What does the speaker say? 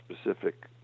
specific